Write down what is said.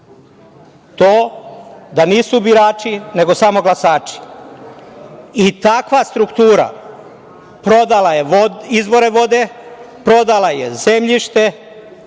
To da nisu birači, nego samo glasači i takva struktura prodala je izvore vode, prodala je zemljište,